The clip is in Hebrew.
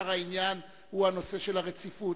שעיקר העניין הוא הנושא של הרציפות.